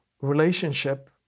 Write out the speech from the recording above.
relationship